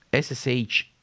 SSH